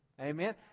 Amen